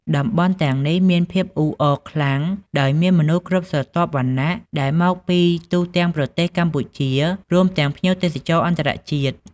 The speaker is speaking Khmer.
តំបន់ទាំងនេះមានភាពអ៊ូអរខ្លាំងដោយមានមនុស្សគ្រប់ស្រទាប់វណ្ណៈ ដែលមកពីទូទាំងប្រទេសកម្ពុជា រួមទាំងភ្ញៀវអន្តរជាតិ។